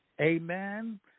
amen